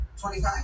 25